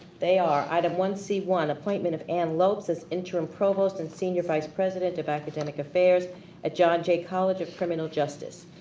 they are item one c one, appointment of anne lopes as interim provost and senior vice president of academic affairs at john jay college of criminal justice.